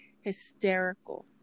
hysterical